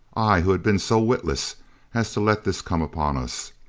i, who had been so witless as to let this come upon us!